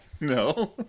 no